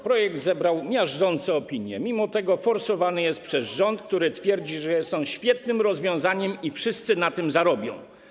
Projekt zebrał miażdżące opinie, a mimo to forsowany jest przez rząd, który twierdzi, że jest on świetnym rozwiązaniem i wszyscy na tym zarobią.